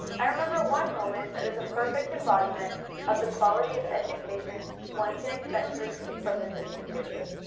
i remember one moment that is a perfect embodiment of the quality of education one can expect to receive from this institution.